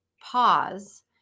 pause